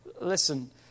Listen